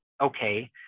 okay